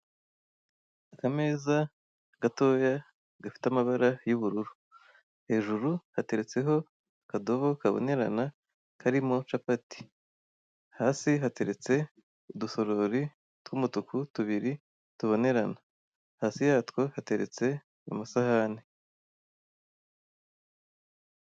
Akameza gatoya gafite amabara y'ubururu. Hejuru hateretseho akadobo kabonerana karimo capati. Hasi hateretse udusorori tw'umutuku tubiri tubonerana, Hasi yatwo hateretse amasahani.